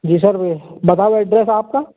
जी sir वो बताओ address आपका